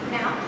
Now